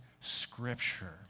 Scripture